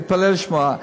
תתפלא לשמוע.